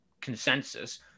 consensus